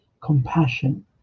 compassion